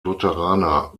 lutheraner